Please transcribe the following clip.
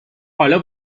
حالا